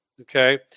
okay